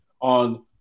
on